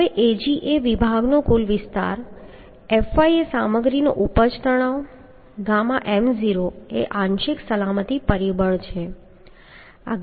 હવે Ag એ વિભાગનો કુલ વિસ્તાર છે અને fy એ સામગ્રીનો ઉપજ તણાવ છે અને ગામા m0 એ આંશિક સલામતી પરિબળ છે